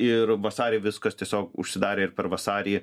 ir vasarį viskas tiesiog užsidarė ir per vasarį